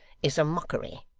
is a mockery.